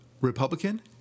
Republican